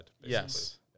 Yes